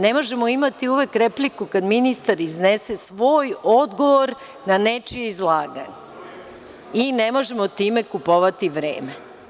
Ne možemo imati uvek repliku kada ministar iznese svoj odgovor na nečije izlaganje i ne možemo time kupovati vreme.